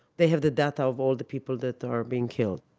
they have the data of all the people that are being killed.